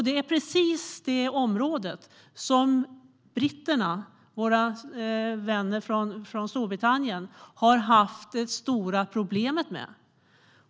Det är precis detta område som britterna - våra vänner från Storbritannien - har haft stora problem med.